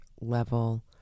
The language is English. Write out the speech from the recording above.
level